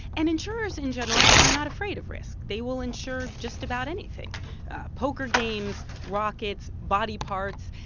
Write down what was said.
and insurers, in general, are not afraid of risk. they will insure just about anything poker games, rockets, body parts.